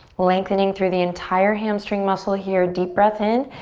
lengthening through the entire hamstring muscle here. deep breath in.